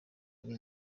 ari